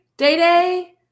Day-Day